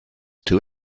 too